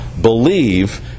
believe